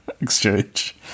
exchange